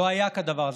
לא היה כדבר הזה.